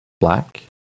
black